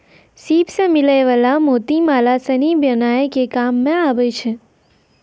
सिप सें मिलै वला मोती माला सिनी बनाय के काम में आबै छै